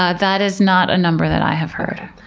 ah that is not a number that i have heard.